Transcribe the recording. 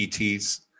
ETs